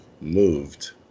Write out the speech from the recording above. moved